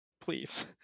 Please